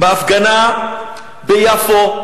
בהפגנה ביפו,